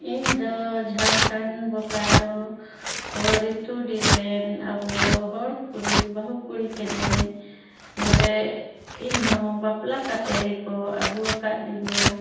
ᱤᱧ ᱫᱚ ᱡᱷᱟᱲᱠᱷᱚᱸᱰ ᱵᱚᱠᱟᱨᱳ ᱨᱤᱛᱩᱰᱤ ᱨᱮᱱ ᱟᱵᱚ ᱦᱚᱲ ᱠᱩᱲᱤ ᱵᱟᱹᱦᱩ ᱠᱩᱲᱤ ᱠᱮᱱᱤᱧ ᱱᱚᱰᱮ ᱤᱧ ᱦᱚᱸ ᱵᱟᱯᱞᱟ ᱠᱟᱛᱮ ᱜᱮᱠᱚ ᱟᱹᱜᱩ ᱟᱠᱟᱫᱤᱧᱟ